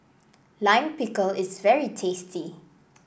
Lime Pickle is very tasty